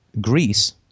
Greece